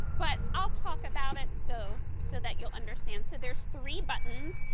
but i will talk about it so so that you will understand, so there is three buttons,